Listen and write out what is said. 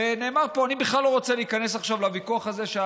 ואני בכלל לא רוצה להיכנס עכשיו לוויכוח הזה שהיה,